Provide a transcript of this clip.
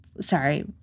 Sorry